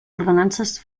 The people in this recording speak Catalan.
ordenances